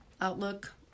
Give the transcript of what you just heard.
outlook